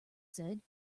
said